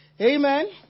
Amen